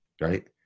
right